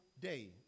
day